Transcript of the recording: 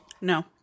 No